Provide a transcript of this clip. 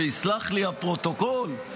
ויסלח לי הפרוטוקול,